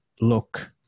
look